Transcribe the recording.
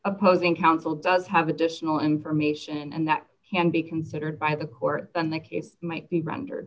opposing counsel does have additional information and that can be considered by the corps and the case might be rendered